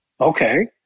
Okay